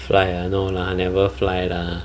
fly ah no lah never fly lah